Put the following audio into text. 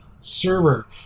server